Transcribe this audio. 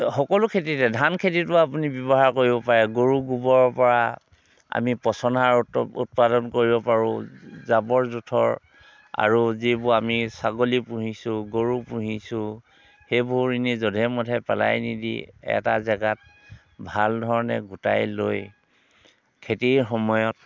সকলো খেতিতে ধান খেতিতো আপুনি ব্যৱহাৰ কৰিব পাৰে গৰু গোৱৰৰ পৰা আমি পচন সাৰ উত উৎপাদন কৰিব পাৰোঁ জাৱৰ জোঁথৰ আৰু যিবোৰ আমি ছাগলী পুহিছোঁ গৰু পুহিছোঁ সেইবোৰ ইনেই জধে মধে পেলাই নিদি এটা জেগাত ভাল ধৰণে গোটাই লৈ খেতিৰ সময়ত